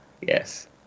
yes